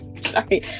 Sorry